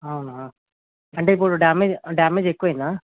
అవునా అంటే ఇప్పుడు డ్యామేజ్ డ్యామేజ్ ఎక్కువ అయిందా